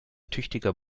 tüchtiger